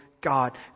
God